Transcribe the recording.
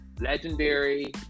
Legendary